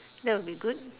that would be good